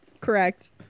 Correct